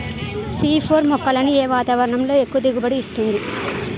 C four మొక్కలను ఏ వాతావరణంలో ఎక్కువ దిగుబడి ఇస్తుంది?